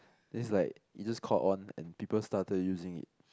then is like it just caught on and people started using it